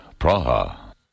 Praha